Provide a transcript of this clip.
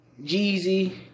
Jeezy